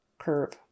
curve